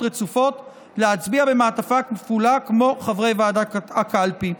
רצופות להצביע במעטפה כפולה כמו חברי ועדת הקלפי.